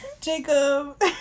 Jacob